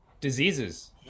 diseases